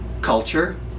culture